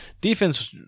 defense